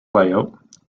layout